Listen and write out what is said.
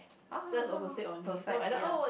!ah! perfect ya